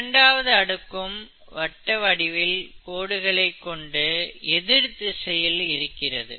இரண்டாவது அடுக்கும் வட்ட வடிவில் கோடுகளைக் கொண்டு எதிர்த்திசையில் இருக்கிறது